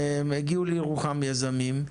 והגיעו לירוחם יזמים,